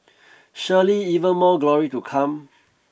surely even more glory to come